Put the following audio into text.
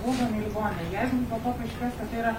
guldomi į ligoninę jeigu po to paaiškės kad tai yra